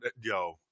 yo